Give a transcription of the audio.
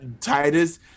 Titus